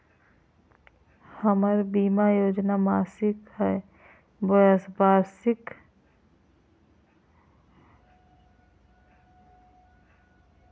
हमर बीमा योजना मासिक हई बोया वार्षिक?